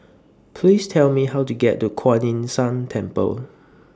Please Tell Me How to get to Kuan Yin San Temple